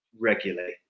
regularly